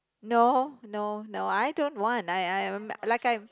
no no no I don't want I I'm like I'm